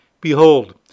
Behold